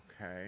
Okay